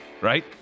right